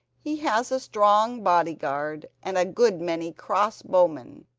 he has a strong bodyguard and a good many cross-bowmen.